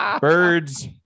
Birds